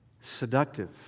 seductive